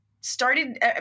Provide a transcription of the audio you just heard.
started